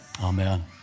Amen